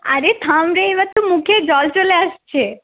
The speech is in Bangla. আরে থাম রে এবার তো মুখে জল চলে আসছে